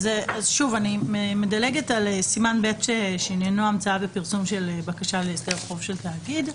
אני מדלגת על סימן ב' שעניינו המצאה ופרסום של בקשה להסדר חוב של תאגיד.